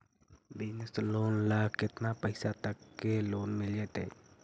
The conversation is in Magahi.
बिजनेस लोन ल केतना पैसा तक के लोन मिल जितै?